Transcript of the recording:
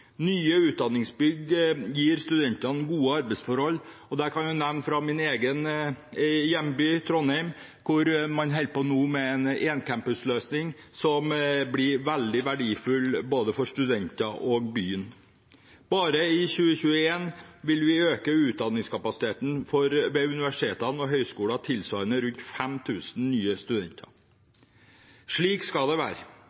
Nye utdanningsbygg gir studentene gode arbeidsforhold. Der kan jeg nevne at man nå i min egen hjemby, Trondheim, holder på med en éncampusløsning som blir veldig verdifull både for studenter og for byen. Bare i 2021 vil vi øke utdanningskapasiteten ved universitetene og høyskolene tilsvarende rundt 5 000 nye